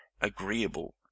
agreeable